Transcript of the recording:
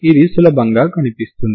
ఇది ప్రతి x0 కు నిర్వచించబడుతుంది